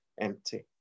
empty